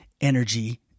energy